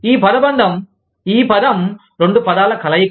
ఈ పదబంధం ఈ పదం రెండు పదాల కలయక